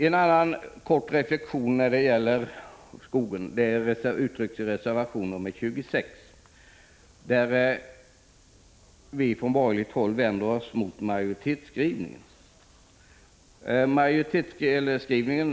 En annan kort reflexion när det gäller skogen uttrycks i reservation 26, där vi från borgerligt håll vänder oss mot majoritetsskrivningen.